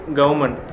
government